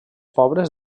pobres